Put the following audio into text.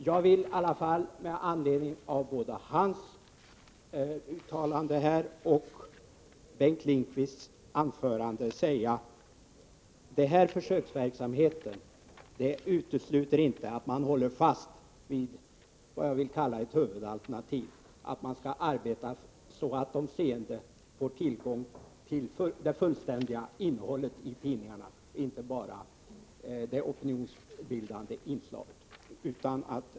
Jag vill med anledning av Nils Carlshamres uttalande här och Bengt Lindqvists anförande säga att den här försöksverksamheten inte utesluter att man håller fast vid vad jag vill kalla huvudalternativet, nämligen att man skall arbeta så att de synskadade får tillgång till det fullständiga innehållet i tidningarna, inte bara det opinionsbildande inslaget.